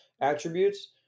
attributes